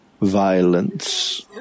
violence